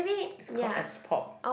is called S pop